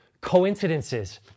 coincidences